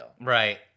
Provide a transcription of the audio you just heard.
Right